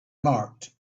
marked